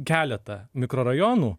keletą mikrorajonų